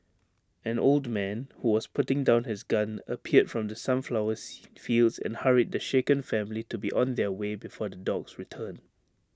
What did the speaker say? an old man who was putting down his gun appeared from the sunflowers fields and hurried the shaken family to be on their way before the dogs return